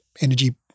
energy